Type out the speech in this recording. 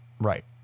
Right